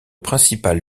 principal